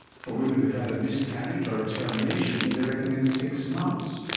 for women who have had a miscarriage or a termination they recommend six months.